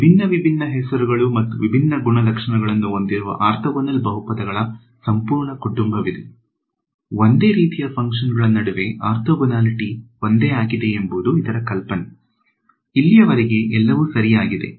ವಿಭಿನ್ನ ವಿಭಿನ್ನ ಹೆಸರುಗಳು ಮತ್ತು ವಿಭಿನ್ನ ಗುಣಲಕ್ಷಣಗಳನ್ನು ಹೊಂದಿರುವ ಆರ್ಥೋಗೋನಲ್ ಬಹುಪದಗಳ ಸಂಪೂರ್ಣ ಕುಟುಂಬವಿದೆ ಒಂದೇ ರೀತಿಯ ಫಂಕ್ಷನ್ ಗಳ ನಡುವೆ ಆರ್ಥೋಗೊನಾಲಿಟಿ ಒಂದೇ ಆಗಿದೆ ಎಂಬುದು ಇದರ ಕಲ್ಪನೆ ಇಲ್ಲಿಯವರೆಗೆ ಎಲ್ಲವೂ ಸರಿಯಾಗಿದೆ